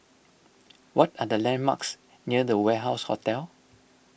what are the landmarks near the Warehouse Hotel